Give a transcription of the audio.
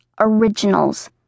originals